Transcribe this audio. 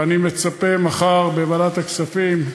ואני מצפה מחר בוועדת הכספים,